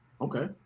Okay